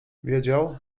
wiedział